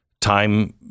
time